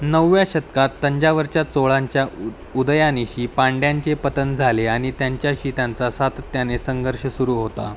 नवव्या शतकात तंजावरच्या चोळांच्या उ उदयानिशी पांड्यांचे पतन झाले आणि त्यांच्याशी त्यांचा सातत्याने संघर्ष सुरू होता